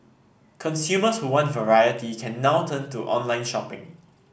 consumers who want variety can now turn to online shopping